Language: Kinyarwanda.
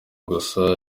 gusa